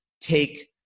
take